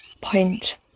point